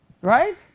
Right